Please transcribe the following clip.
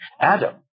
Adam